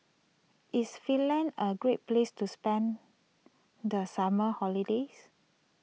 is Finland a great place to spend the summer holiday